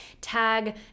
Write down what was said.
Tag